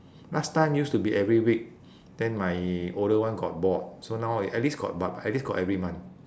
last time used to be every week then my older one got bored so now a~ at least got but at least got every month